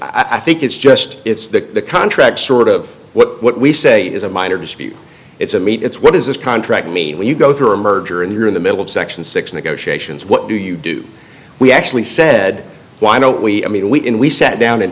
i think it's just it's the the contract sort of what we say is a minor dispute it's a meet it's what does this contract mean when you go through a merger and you're in the middle of section six negotiations what do you do we actually said why don't we i mean we can we sat down and